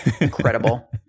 Incredible